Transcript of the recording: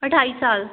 ਅਠਾਈ ਸਾਲ